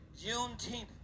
Juneteenth